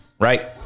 right